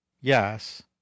yes